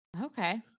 okay